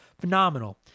Phenomenal